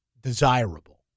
desirable